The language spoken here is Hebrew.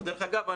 דרך אגב,